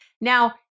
Now